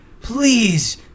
please